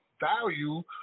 value